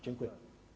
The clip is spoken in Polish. Dziękuję.